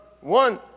One